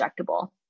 injectable